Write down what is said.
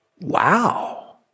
Wow